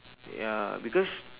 ya because